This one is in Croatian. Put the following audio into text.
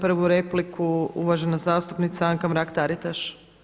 Prvu repliku uvažena zastupnica Anka Mrak-Taritaš.